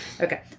Okay